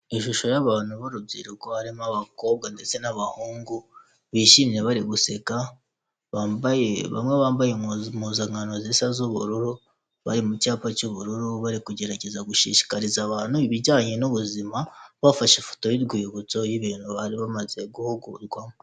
Ishusho y'abantu b'urubyiruko harimo abakobwa ndetse n'abahungu bishimye bari guseka, bamwe bambaye impuzankano zisa z'ubururu bari mu cyapa cy'ubururu bari kugerageza gushishikariza abantu ibijyanye n'ubuzima bafashe ifoto y'urwibutso y'ibintu bari bamaze guhugurwamo.